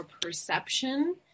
perception